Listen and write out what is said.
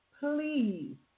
Please